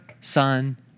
son